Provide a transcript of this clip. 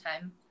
time